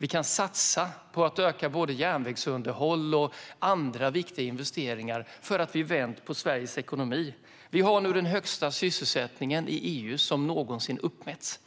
Vi kan satsa på att öka både järnvägsunderhåll och andra viktiga investeringar eftersom vi har vänt på Sveriges ekonomi. Vi har nu den högsta sysselsättningen i EU som någonsin har uppmätts.